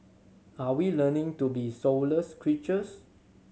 are we learning to be soulless creatures